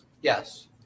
Yes